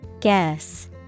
Guess